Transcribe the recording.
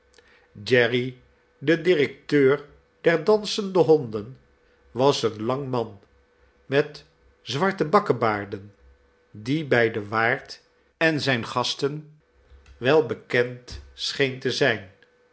jerry de directeur der dansende honden was een lang man met zwarte bakkebaarden die bij den waard en zijne gasten wel bekend scheen te zijn